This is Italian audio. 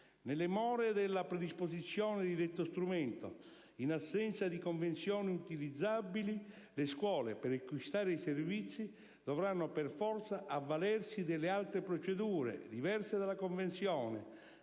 Nelle more della predisposizione di detto strumento, in assenza di convenzioni utilizzabili, le scuole, per acquistare i servizi, dovranno per forza avvalersi delle altre procedure, diverse dalla convenzione,